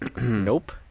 nope